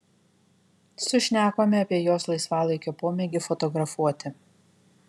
sušnekome apie jos laisvalaikio pomėgį fotografuoti